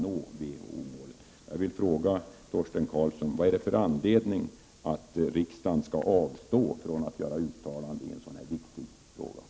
Jag vill ställa en fråga till Torsten Karlsson: Vilken är anledningen till att riksdagen skall avstå från att göra uttalanden i sådan viktig fråga?